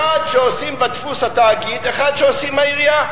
אחד שעושים בדפוס, התאגיד, אחד שעושים העירייה.